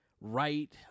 right